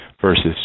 versus